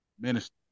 minister